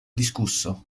discusso